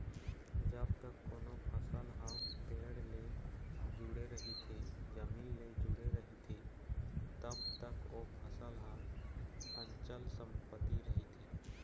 जब तक कोनो फसल ह पेड़ ले जुड़े रहिथे, जमीन ले जुड़े रहिथे तब तक ओ फसल ह अंचल संपत्ति रहिथे